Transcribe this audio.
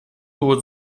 tuo